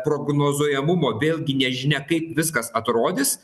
prognozuojamumo vėlgi nežinia kaip viskas atrodys